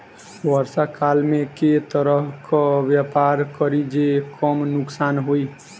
वर्षा काल मे केँ तरहक व्यापार करि जे कम नुकसान होइ?